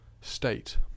state